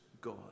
God